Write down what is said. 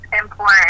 important